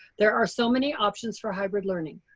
there are so many options for hybrid learning.